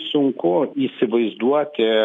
sunku įsivaizduoti